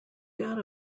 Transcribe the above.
got